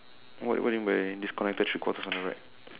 what what do you mean by disconnected three quarters on the right